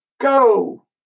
go